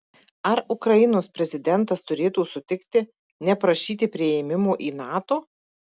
ar ukrainos prezidentas turėtų sutikti neprašyti priėmimo į nato